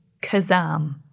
Kazam